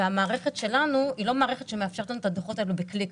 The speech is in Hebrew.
והמערכת שלנו היא לא מערכת שמאפשרת לנו את הדוחות האלה בקליק.